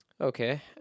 Okay